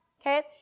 Okay